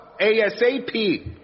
ASAP